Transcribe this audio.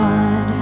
God